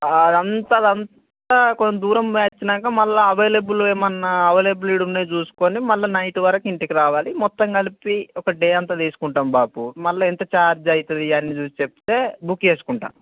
అదంతా అదంతా కొద్ది దూరం పోయి వచ్చినాక మళ్ళా అవైలబుల్ ఏమన్నా అవైలబుల్ ఇక్కడ ఉన్నాయి చూసుకొని మళ్ళీ నైట్ వరకు ఇంటికి రావాలి మొత్తం కలిపి ఒక డే అంతా తీసుకుంటాం బాపు మళ్ళా ఎంత ఛార్జ్ అవుతుంది ఇవన్నీ చూసి చెప్తే బుక్ చేసుకుంటా